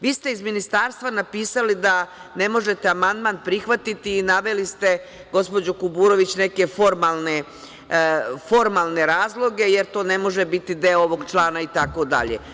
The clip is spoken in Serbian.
Vi ste iz ministarstva napisali da ne možete amandman prihvatiti i naveli ste gospođo Kuburović neke formalne razloge, jer to ne može biti deo ovog člana itd.